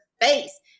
face